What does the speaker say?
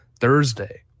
Thursday